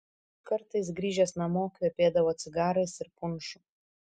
kartais grįžęs namo kvepėdavo cigarais ir punšu